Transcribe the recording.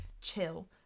chill